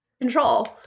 control